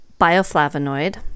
bioflavonoid